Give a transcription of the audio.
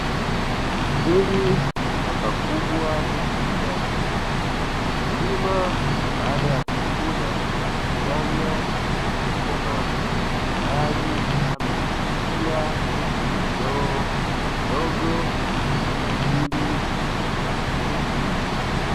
Hili ni shamba kubwa la nyanya, mkulima baada ya kuvuna nyanya zilizokomaa, tayari amezipakia kwenye ndoo ndogo kwa ajili ya matumizi.